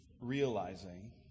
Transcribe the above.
realizing